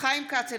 חיים כץ,